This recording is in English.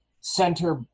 center